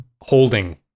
holding